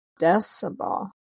decibel